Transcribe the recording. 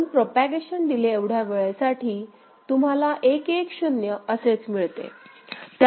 म्हणून propagation delay एवढ्या वेळेसाठी तुम्हाला 1 1 0 असेच मिळते